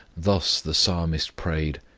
thus the psalmist prayed,